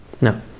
No